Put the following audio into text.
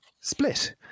Split